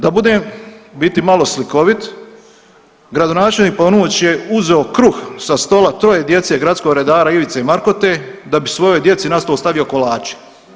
Da budem biti malo slikovit, gradonačelnik Paunović je uzeo kruh sa stola troje djece gradskog redara Ivice Markote da bi svojoj djeci na stol stavio kolače.